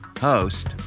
host